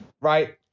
Right